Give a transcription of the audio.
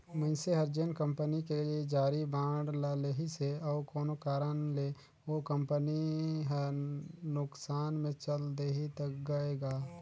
मइनसे हर जेन कंपनी के जारी बांड ल लेहिसे अउ कोनो कारन ले ओ कंपनी हर नुकसान मे चल देहि त गय गा